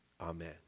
Amen